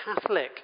Catholic